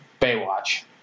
Baywatch